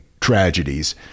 tragedies